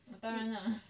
当然 lah